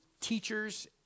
teachers